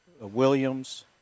Williams